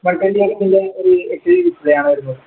one twenty എക്സിൻ്റെ ഒരു H D ഡിസ്പ്ലേയാണ് വരുന്നത്